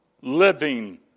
living